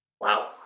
Wow